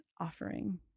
offering